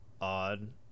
odd